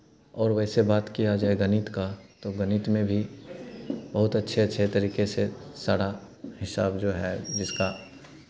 और वैसे बात किया जाए गणित का तो गणित में भी बहुत अच्छे अच्छे तरीके से सारा हिसाब जो है जिसका